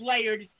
layered